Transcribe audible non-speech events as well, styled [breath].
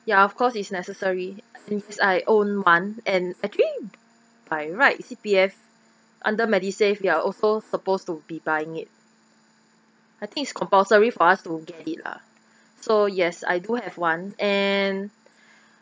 ya of course is necessary is I own one and actually by right C_P_F under medisave they're also supposed to be buying it I think it's compulsory for us to get it lah so yes I do have one and [breath]